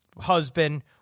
husband